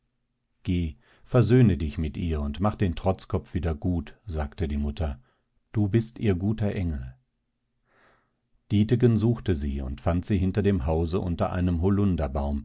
geh versöhne dich mit ihr und mach den trotzkopf wieder gut sagte die mutter du bist ihr guter engel dietegen suchte sie und fand sie hinter dem hause unter einem